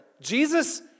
Jesus